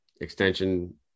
extension